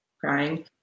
crying